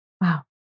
Wow